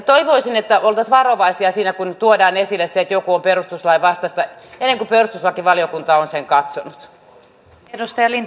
toivoisin että oltaisiin varovaisia siinä kun tuodaan esille se että joku on perustuslain vastaista ennen kuin perustuslakivaliokunta on sen katsonut